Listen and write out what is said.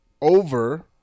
over